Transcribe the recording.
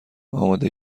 آماده